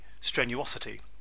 strenuosity